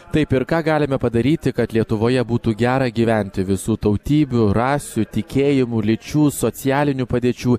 taip ir ką galime padaryti kad lietuvoje būtų gera gyventi visų tautybių rasių tikėjimų lyčių socialinių padėčių